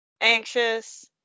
anxious